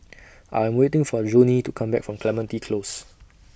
I'm waiting For Johnie to Come Back from Clementi Close